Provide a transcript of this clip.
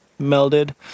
melded